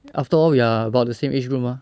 after all we are about the same age group mah